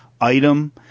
item